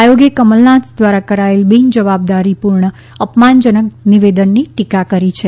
આયોગે કમલનાથ દ્વારા કરાયેલ બિન જવાબદારીપૂર્ણ અપમાનજનક નિવેદનની ટીકા કરી છે